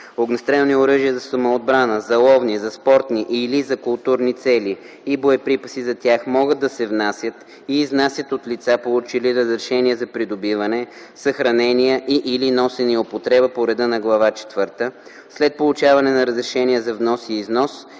Огнестрелни оръжия за самоотбрана, за ловни, за спортни или за културни цели и боеприпаси за тях могат да се внасят и изнасят от лица, получили разрешение за придобиване, съхранение и/или носене и употреба по реда на Глава четвърта, след получаване на разрешение за внос и износ,